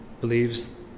believes